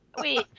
Wait